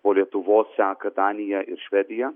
po lietuvos seka danija ir švedija